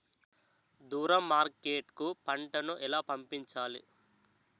దూరం మార్కెట్ కు పంట ను ఎలా పంపించాలి?